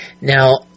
Now